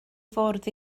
fwrdd